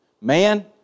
Man